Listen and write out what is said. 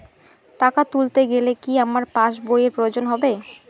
টাকা তুলতে গেলে কি আমার পাশ বইয়ের প্রয়োজন হবে?